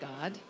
God